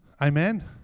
Amen